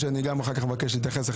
שאני מבקש להתייחס גם אחר כך,